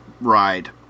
ride